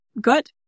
good